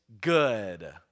good